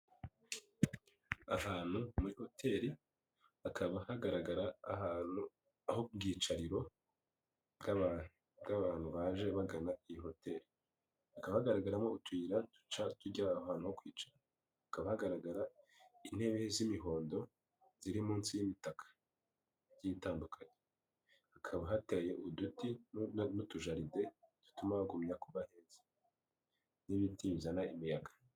Ahantu muri hoteli, hakaba hagaragara ahantu h'ubwicariro bw'abantu baje bagana iyi hoteli. Hakaba hagaragaramo utuyira duca tujya ahantu ho kwicara, hakaba hagaragara intebe z'imihondo ziri munsi y'imitaka igiye itandukanye. Hakaba hateye uduti n'utujaride dutuma hagumya kuba heza n'ibiti bizana imiyaga.